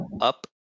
up